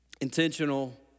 Intentional